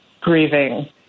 grieving